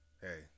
hey